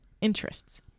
Interests